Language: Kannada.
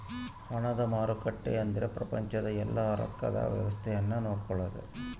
ಹಣದ ಮಾರುಕಟ್ಟೆ ಅಂದ್ರ ಪ್ರಪಂಚದ ಯೆಲ್ಲ ರೊಕ್ಕದ್ ವ್ಯವಸ್ತೆ ನ ನೋಡ್ಕೊಳೋದು